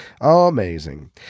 Amazing